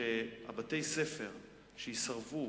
שבתי-הספר שיסרבו